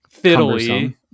fiddly